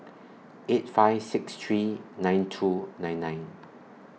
eight five six three nine two nine nine